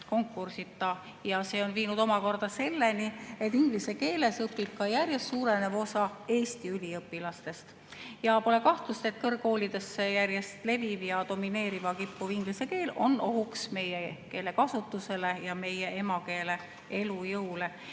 konkursita. See on viinud omakorda selleni, et inglise keeles õpib ka järjest suurenev osa Eesti üliõpilastest. Pole kahtlust, et kõrgkoolides järjest leviv ja domineerima kippuv inglise keel on ohuks meie keelekasutusele ja meie emakeele elujõule.